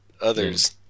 others